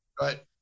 Right